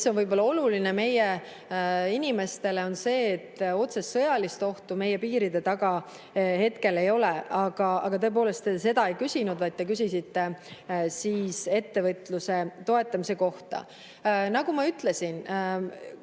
on võib-olla oluline meie inimestele, on see, et otsest sõjalist ohtu meie piiride taga hetkel ei ole. Aga tõepoolest, te seda ei küsinud, vaid te küsisite ettevõtluse toetamise kohta. Nagu ma ütlesin,